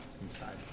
inside